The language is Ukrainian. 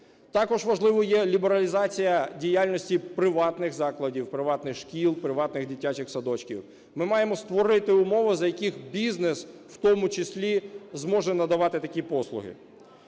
Також важливою є лібералізація діяльності приватних закладів, приватних шкіл, приватних дитячих садочків. Ми маємо створити умови, за яких бізнес в тому числі зможе надавати такі послуги.